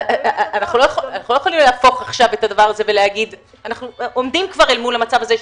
אנחנו לא יכולים להפוך את הדבר הזה אנחנו עומדים כבר אל מול המצב הזה,